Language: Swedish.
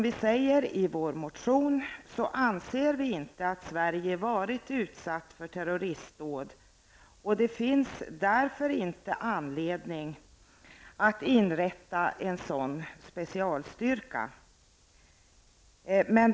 Vi säger i vår motion att vi inte anser att Sverige har varit utsatt för terroristdåd och att det därför inte finns anledning att inrätta en sådan specialstyrka.